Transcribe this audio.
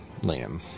Liam